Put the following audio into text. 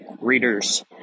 readers